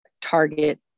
target